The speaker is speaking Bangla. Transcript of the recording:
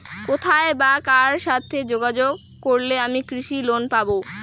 কোথায় বা কার সাথে যোগাযোগ করলে আমি কৃষি লোন পাব?